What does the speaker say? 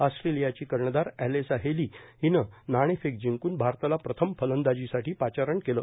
ऑस्ट्रेलियाची कर्णधार Alyssa Healy हिनं नाणेफेक जिंकून भारताला प्रथम फलंदाजीसाठी पाचारण केलं